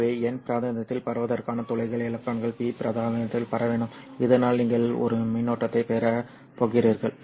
எனவே n பிராந்தியத்தில் பரவுவதற்கான துளைகள் எலக்ட்ரான்கள் P பிராந்தியத்தில் பரவ வேண்டும் இதனால் நீங்கள் ஒரு மின்னோட்டத்தைப் பெறப் போகிறீர்கள்